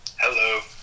Hello